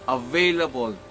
available